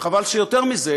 וחבל שיותר מזה,